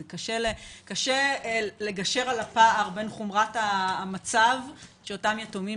קשה לגשר על הפער בין חומרת המצב שאותם יתומים